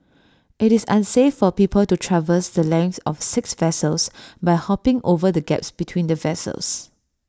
IT is unsafe for people to traverse the length of six vessels by hopping over the gaps between the vessels